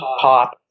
pop